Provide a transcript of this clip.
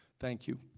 thank you.